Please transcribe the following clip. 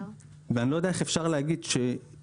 אני לא יודע איך אפשר להגיד כאשר